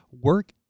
work